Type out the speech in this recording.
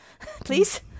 Please